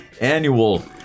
annual